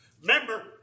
Remember